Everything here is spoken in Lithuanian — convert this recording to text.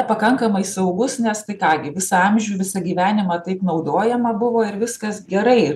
pakankamai saugus nes tai ką gi visą amžių visą gyvenimą taip naudojama buvo ir viskas gerai